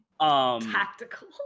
Tactical